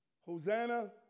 Hosanna